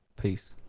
peace